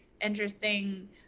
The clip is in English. interesting